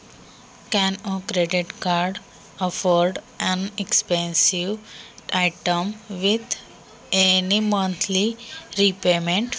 Credit कार्डद्वारे एखादी महागडी वस्तू सुलभ मासिक परतफेडने घेता येते का?